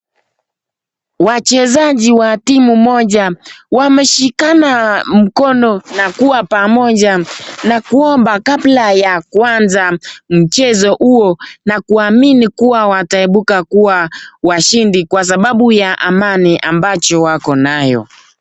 Wachezaji wa timu moja wameshikana mkono na kuwa pamoja na kuomba kabla ya kuanza mchezo huo na kuamini kuwa wataibuka kuwa washindi kwa sababu ya amani ambacho wako nayo.